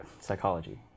psychology